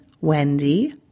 Wendy